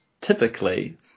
typically